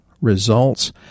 results